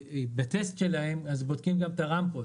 בטסט של האוטובוסים בודקים גם את הרמפות.